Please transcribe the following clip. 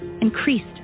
increased